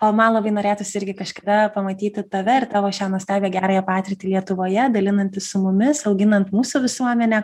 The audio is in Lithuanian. o man labai norėtųsi irgi kažkada pamatyti tave ir tavo šią nuostabią gerąją patirtį lietuvoje dalinantis su mumis auginant mūsų visuomenę